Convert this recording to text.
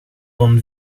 bande